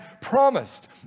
promised